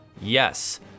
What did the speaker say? Yes